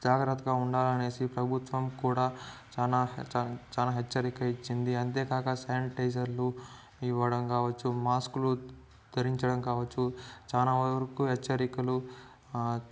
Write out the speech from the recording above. జాగ్రత్తగా ఉండాలనేసి ప్రభుత్వం కూడా చాలా చాలా హెచ్చరిక ఇచ్చింది అంతేకాక శానిటైజర్లు ఇవ్వడం కావచ్చు మాస్కులు ధరించడం కావచ్చు చాలా వరకు హెచ్చరికలు